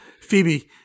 Phoebe